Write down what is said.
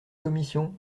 commission